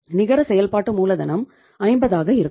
நிகர செயல்பாட்டு மூலதனம் 50 ஆக இருக்கும்